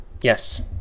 Yes